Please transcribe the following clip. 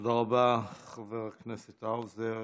תודה רבה, חבר הכנסת האוזר.